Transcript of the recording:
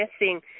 missing